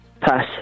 Pass